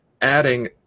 adding